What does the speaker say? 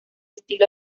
estilo